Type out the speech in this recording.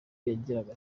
yagiraga